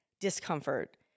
discomfort